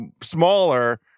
smaller